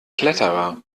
kletterer